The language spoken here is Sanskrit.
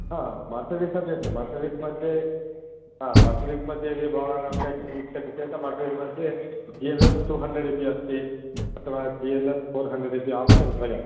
हा मर्सडीस् अपि अस्ति मर्सडीस्मध्ये मर्सडीस्मध्ये यदि भवान् अपेक्षते इच्छति चेत् Mercedes G L X two hundred इति अस्ति अथवा D G L X four hundred इति आप्शन् द्वयम्